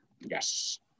Yes